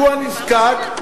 שהוא הנזקק,